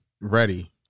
Ready